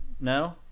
No